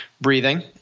breathing